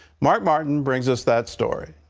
mark martin brings us that story.